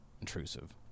intrusive